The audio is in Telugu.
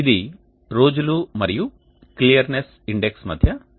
ఇది రోజులు మరియు క్లియర్నెస్ ఇండెక్స్ మధ్య సంబంధం